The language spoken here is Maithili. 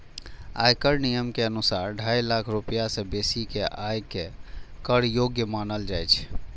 आयकर नियम के अनुसार, ढाई लाख रुपैया सं बेसी के आय कें कर योग्य मानल जाइ छै